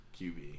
QB